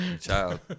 child